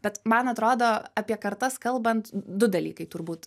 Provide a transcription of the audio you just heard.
bet man atrodo apie kartas kalbant du dalykai turbūt